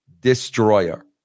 Destroyer